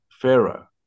Pharaoh